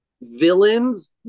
villains